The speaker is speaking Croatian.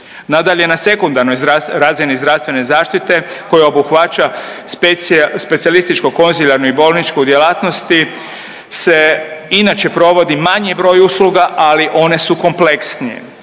Nadalje, na sekundarnoj razini zdravstvene zaštite koja obuhvaća specijalističko konzilijarnu i bolničku djelatnost se inače provodi manji broj usluga, ali one su kompleksnije.